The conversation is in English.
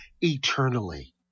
eternally